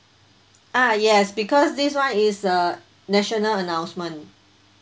ah yes because this [one] is a national announcement